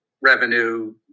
revenue